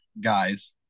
guys